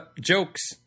jokes